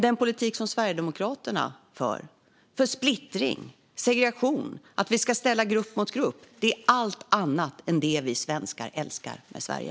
Den politik som Sverigedemokraterna för är för splittring, segregation och att vi ska ställa grupp mot grupp. Det är allt annat än det vi svenskar älskar med Sverige.